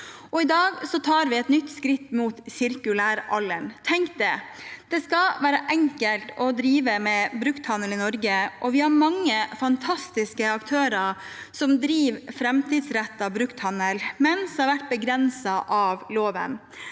I dag tar vi et nytt skritt mot sirkulæralderen. Tenk det! Det skal være enkelt å drive brukthandel i Norge, og vi har mange fantastiske aktører som driver framtidsrettet brukthandel, men som har vært begrenset av loven.